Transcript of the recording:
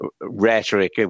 rhetoric